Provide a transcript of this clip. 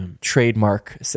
trademark